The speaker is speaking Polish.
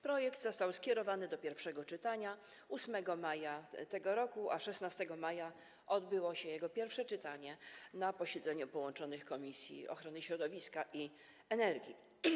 Projekt został skierowany do pierwszego czytania 8 maja tego roku, a 16 maja odbyło się jego pierwsze czytanie na posiedzeniu połączonych komisji: ochrony środowiska i do spraw energii.